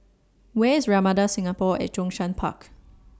Where IS Ramada Singapore At Zhongshan Park